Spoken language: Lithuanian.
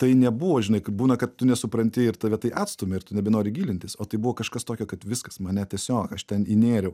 tai nebuvo žinai kaip būna kad tu nesupranti ir tave tai atstumia ir tu nebenori gilintis o tai buvo kažkas tokio kad viskas mane tiesiog aš ten įnėriau